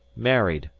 married,